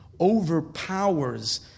overpowers